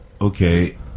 Okay